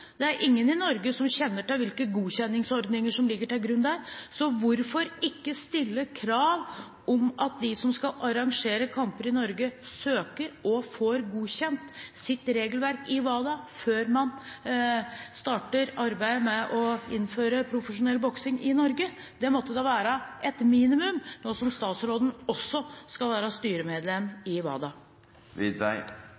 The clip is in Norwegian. det er ingen i Norge som kjenner til hvilke godkjenningsordninger som ligger til grunn der, så hvorfor ikke stille krav om at de som skal arrangere kamper i Norge, søker og får godkjent sitt regelverk i WADA før man starter arbeidet med å innføre profesjonell boksing i Norge? Det måtte være et minimum nå som statsråden også skal være styremedlem